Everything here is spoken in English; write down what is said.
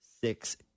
six